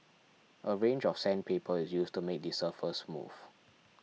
a range of sandpaper is used to make the surface smooth